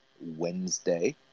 Wednesday